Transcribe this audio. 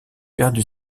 perdu